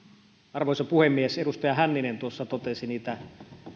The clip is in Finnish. arvoisa puhemies edustaja hänninen totesi niitä